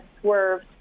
swerved